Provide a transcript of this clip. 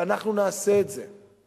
ואנחנו נעשה את זה.